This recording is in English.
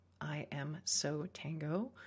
IamSoTango